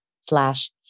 slash